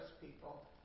people